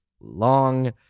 long